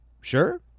Sure